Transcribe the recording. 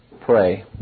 pray